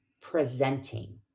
presenting